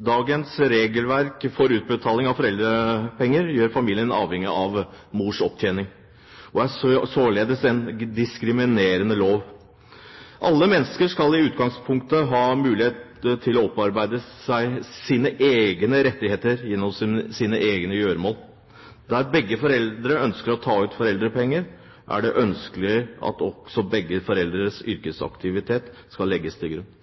Dagens regelverk for utbetaling av foreldrepenger gjør familien avhengig av mors opptjening, og er således en diskriminerende lov. Alle mennesker skal i utgangspunktet ha mulighet til å opparbeide sine egne rettigheter gjennom sine egne gjøremål. Der begge foreldre ønsker å ta ut foreldrepenger, er det ønskelig at også begge foreldres yrkesaktivitet skal legges til grunn.